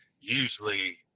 usually